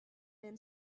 man